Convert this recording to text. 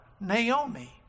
Naomi